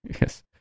Yes